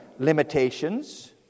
Limitations